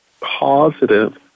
positive